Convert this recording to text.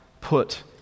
put